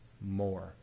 more